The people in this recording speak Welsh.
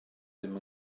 ddim